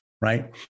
right